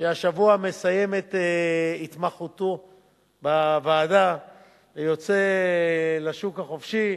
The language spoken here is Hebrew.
שהשבוע מסיים את התמחותו בוועדה ויוצא לשוק החופשי,